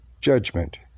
Judgment